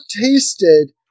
tasted